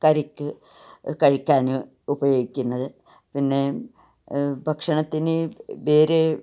കറിക്ക് കഴിക്കാൻ ഉപയോഗിക്കുന്നത് പിന്നെ ഭക്ഷണത്തിനു വേറെ